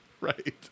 right